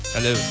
Hello